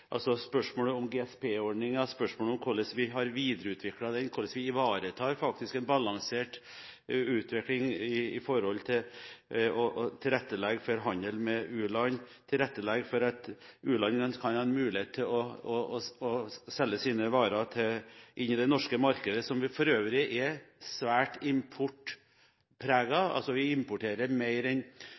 altså spørsmålet om GSP-ordningen, spørsmålet om hvordan vi har videreutviklet den, hvordan vi ivaretar en balansert utvikling med tanke på å tilrettelegge for handel med u-land og for at u-landene kan ha en mulighet til å selge sine varer inn i det norske markedet, som for øvrig er svært importpreget. Vi importerer mer enn